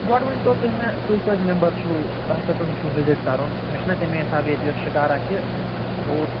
گۄڈٕ ؤنۍتو تۄہہِ مےٚ تۄہہِ کٔژ مٮ۪مبر چھُو تۄہہِ کٔژن چھُو وِزِٹ کَرُن مےٚ چھِنا تَمے حِساب ییٚتہِ یۄس شِکارا چھِ یُس بوٹ